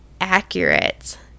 accurate